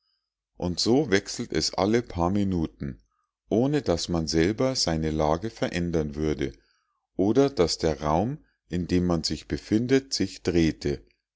und so wechselt es alle paar minuten ohne daß man selber seine lage verändern würde oder daß der raum in dem man sich befindet sich drehte